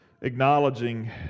acknowledging